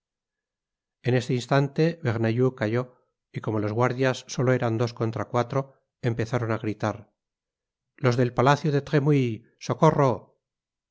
en este instante bernajoux cayó y como los guardias solo eran dos contra cuafoo empezaron á gritar los del palacio de tremouille socorro